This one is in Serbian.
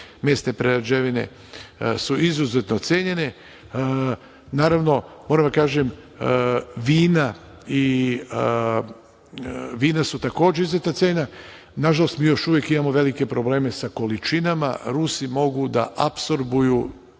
mesne prerađevine su izuzetno cenjene. Naravno, moram da kažem vina su takođe cenjena. Nažalost, mi još uvek imamo velike probleme sa količinama, Rusi mogu da apsorbuju